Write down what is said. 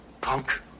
punk